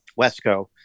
Westco